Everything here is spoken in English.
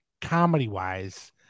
comedy-wise